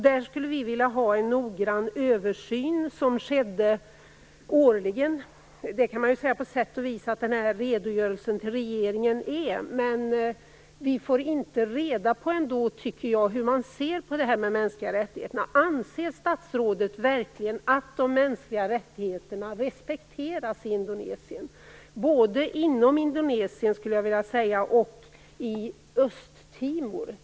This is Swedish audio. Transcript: Vi skulle vilja ha en noggrann översyn årligen. På sätt och vis kan man säga att redogörelsen till regeringen är en sådan, men vi får inte enligt min mening reda på hur man ser på detta med mänskliga rättigheter. Anser statsrådet verkligen att de mänskliga rättigheterna respekteras i Indonesien - både inom Indonesien och i Östtimor?